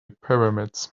pyramids